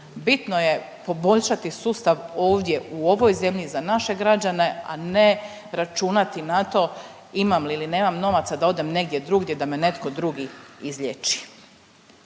Bitno je poboljšati sustav ovdje u ovoj zemlji za naše građane, a ne računati na to imam li ili nemam novaca da odem negdje drugdje da me netko drugi izliječi.